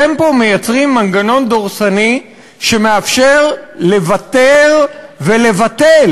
אתם פה מייצרים מנגנון דורסני שמאפשר לוותר ולבטל